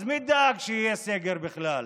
אז מי דאג שיהיה סגר בכלל?